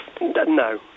No